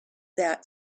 that